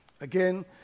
Again